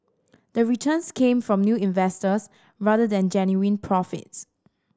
the returns came from new investors rather than genuine profits